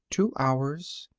two hours.